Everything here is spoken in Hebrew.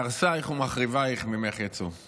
מהרסייך ומחריבייך ממך יצאו.